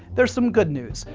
there's some good news.